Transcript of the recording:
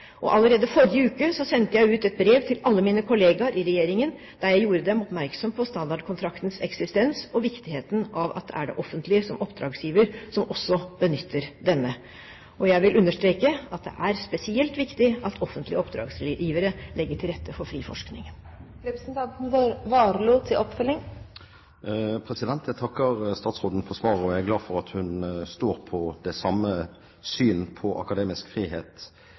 Allerede i forrige uke sendte jeg ut et brev til alle mine kollegaer i regjeringen der jeg gjorde dem oppmerksom på standardkontraktens eksistens og viktigheten av at det offentlige som oppdragsgiver også benytter denne. Og jeg vil understreke at det er spesielt viktig at offentlige oppdragsgivere legger til rette for fri forskning. Jeg takker statsråden for svaret, og jeg er glad for at hun står på det samme synet på akademisk frihet